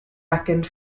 reckoned